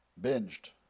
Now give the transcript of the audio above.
binged